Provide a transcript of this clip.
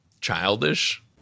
childish